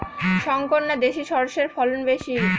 শংকর না দেশি সরষের ফলন বেশী?